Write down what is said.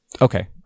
okay